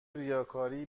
ریاکاری